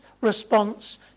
response